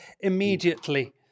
immediately